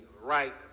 Right